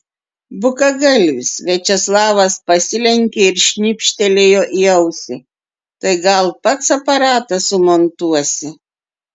bukagalvis viačeslavas pasilenkė ir šnipštelėjo į ausį tai gal pats aparatą sumontuosi